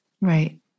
right